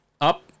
Up